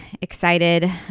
excited